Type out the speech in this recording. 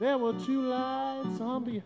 there would be